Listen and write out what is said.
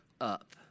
up